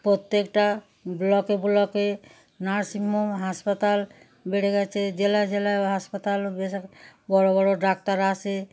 প্রত্যেকটা ব্লকে ব্লকে নার্সিং হোম হাসপাতাল বেড়ে গিয়েছে জেলায় জেলায় হাসপাতালও বেশ এখন বড় বড় ডাক্তাররা আসে